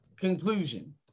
Conclusion